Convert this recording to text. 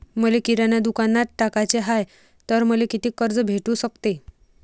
मले किराणा दुकानात टाकाचे हाय तर मले कितीक कर्ज भेटू सकते?